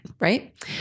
Right